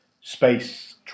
space